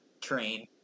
train